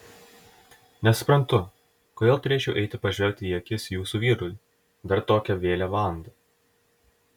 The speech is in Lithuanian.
nesuprantu kodėl turėčiau eiti pažvelgti į akis jūsų vyrui ir dar tokią vėlią valandą